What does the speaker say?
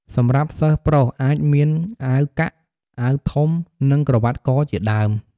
សម្រាប់សិស្សប្រុស អាចមាន អាវកាក់ អាវធំ និងក្រវ៉ាត់កជាដើម។